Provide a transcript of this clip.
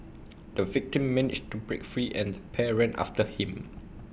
the victim managed to break free and the pair ran after him